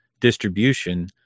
distribution